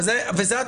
וזה,